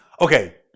okay